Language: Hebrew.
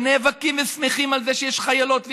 ונאבקים ושמחים על זה שיש חיילות,